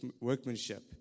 workmanship